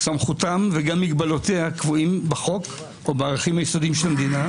סמכותם וגם מגבלותיהם קבועים בחוק או בערכים היסודיים של המדינה,